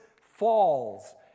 falls